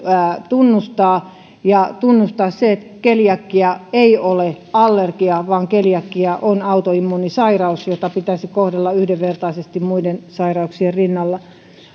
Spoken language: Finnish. tunnustaa ja tunnustaa se että keliakia ei ole allergia vaan keliakia on autoimmuunisairaus jota pitäisi kohdella yhdenvertaisesti muiden sairauksien rinnalla